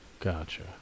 Gotcha